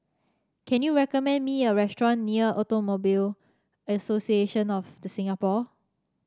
can you recommend me a restaurant near Automobile Association of The Singapore